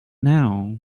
now